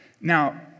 Now